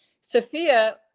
Sophia